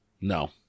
No